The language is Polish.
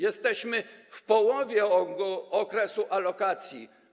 Jesteśmy w połowie okresu alokacji.